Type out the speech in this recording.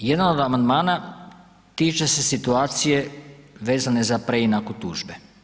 Jedan od amandmana tiče se situacije vezane za preinaku tužbe.